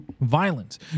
Violence